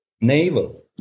navel